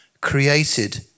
created